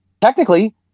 technically